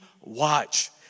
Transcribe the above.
watch